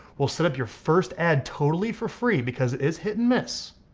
we'll set up your first ad totally for free because it is hit and miss.